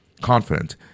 confident